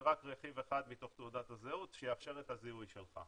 זה רק רכיב אחד מתוך תעודת הזהות שיאפשר את הזיהוי שלך.